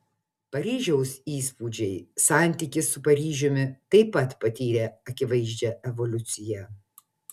paryžiaus įspūdžiai santykis su paryžiumi taip pat patyrė akivaizdžią evoliuciją